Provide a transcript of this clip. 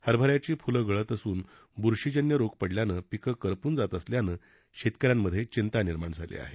हरभऱ्याची फुलं गळत असून बूरशीजन्य रोग पडल्यानं पिकं करपून जात असल्यानं शेतकऱ्यांमध्ये चिंता निर्माण झाली आहे